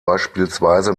beispielsweise